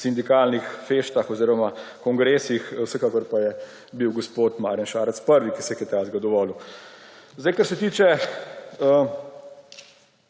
sindikalnih feštah oziroma kongresih, vsekakor pa je bil gospod Marjan Šarec prvi, ki si je kaj takega dovolil. Kar se tiče